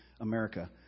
America